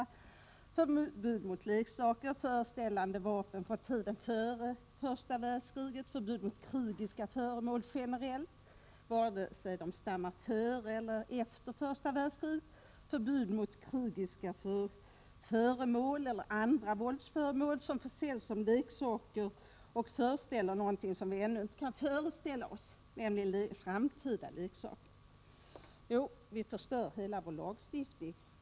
Det kan röra sig om förbud mot leksaker föreställande vapen från tiden före första världskriget, om förbud mot krigiska föremål generellt sett, vare sig de fanns före eller efter första världskriget, eller om förbud mot krigiska föremål och andra våldsföremål som saluförs som leksaker och som föreställer något som vi i nuläget inte kan ha en uppfattning om — nämligen framtida leksaker. Jo, vad som händer är att vi förstör hela vår lagstiftning.